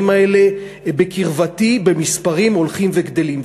האלה בקרבתי במספרים הולכים וגדלים.